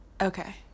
Okay